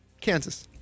Kansas